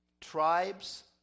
tribes